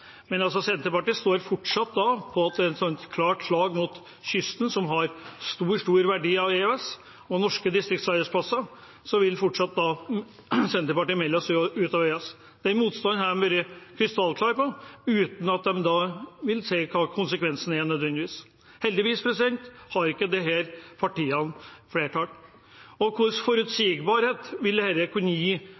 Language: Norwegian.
Men Senterpartiet står altså på at til tross for at kysten – og norske distriktsarbeidsplasser – får stor, stor verdi av EØS, vil de fortsatt melde oss ut av EØS. Den motstanden har de vært krystallklare på, uten at de vil si hva konsekvensen er, nødvendigvis. Heldigvis har ikke disse partiene flertall. Hva slags forutsigbarhet ville dette kunne gi,